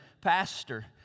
pastor